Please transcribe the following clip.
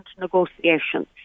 negotiations